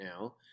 now